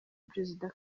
perezida